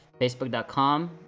facebook.com